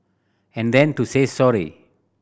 and then to say sorry